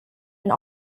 and